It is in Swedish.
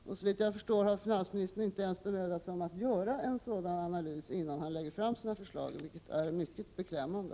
Såvitt jag har förstått har finansministern inte ens bemödat sig om att göra en sådan analys, innan han lägger fram sina förslag, vilket är mycket beklämmande.